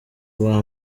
uwa